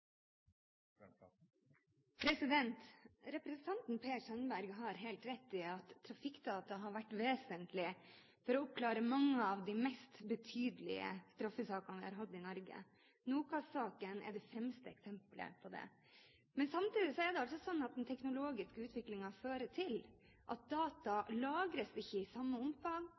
kriminalitet. Representanten Per Sandberg har helt rett i at trafikkdata har vært vesentlig for å oppklare mange av de mest betydelige straffesakene vi har hatt i Norge. NOKAS-saken er det fremste eksempelet på det. Samtidig fører den teknologiske utviklingen til at data ikke lagres i samme omfang